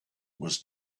was